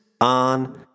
on